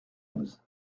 onze